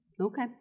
Okay